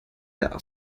der